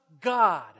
god